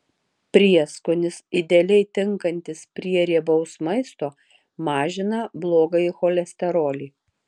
prieskonis idealiai tinkantis prie riebaus maisto mažina blogąjį cholesterolį